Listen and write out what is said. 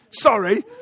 Sorry